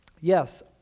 Yes